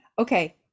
Okay